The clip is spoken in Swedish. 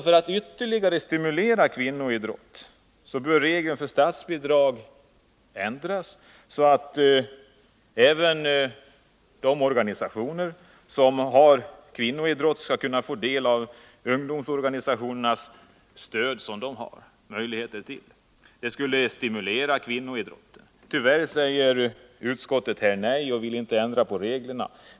För att ytterligare stimulera kvinnoidrotten bör man, anser vi, ändra reglerna för statsbidrag så att de organisationer som bedriver kvinnoidrott kan få del av det stöd som utgår till ungdomsorganisationerna. Det skulle stimulera kvinnoidrotten. Tyvärr säger utskottet nej och vill inte ändra de reglerna.